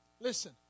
listen